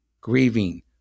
grieving